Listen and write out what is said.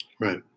Right